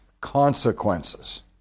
consequences